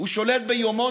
הוא שולט ביומון,